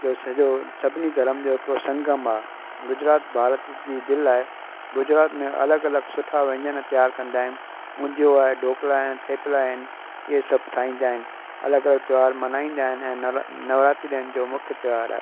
जो सॼो सभिनी धर्म जो हिकिड़ो संगम आहे गुजरात भारत जी दिलि आहे गुजरात में अलॻि अलॻि सुठा व्यंजन तयार कंदा आहिनि उधयूं आहे ढोकला आहे थेपला आहिनि इअं सभु ठाहींदा आहिनि अलॻि अलॻि त्योहार मल्हाईंदा आहिनि ऐं नव नवरात्री इन्हनि जो मुख्यु त्योहार आहे